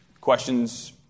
Questions